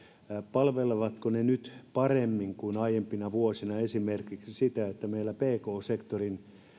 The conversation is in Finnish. nyt paremmin kuin aiempina vuosina esimerkiksi sitä että meillä pk sektori